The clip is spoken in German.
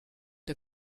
der